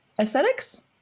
Aesthetics